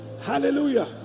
Hallelujah